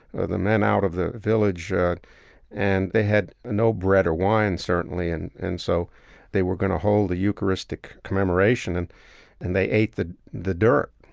ah the men out of the village, and they had no bread or wine, certainly. and and so they were going to hold the eucharistic commemoration, and and they ate the the dirt.